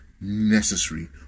necessary